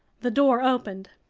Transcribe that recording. the door opened.